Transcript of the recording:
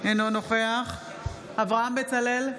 אינו נוכח אברהם בצלאל,